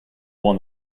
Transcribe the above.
won